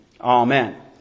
Amen